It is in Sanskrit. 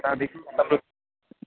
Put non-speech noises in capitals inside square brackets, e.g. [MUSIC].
[UNINTELLIGIBLE]